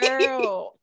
girl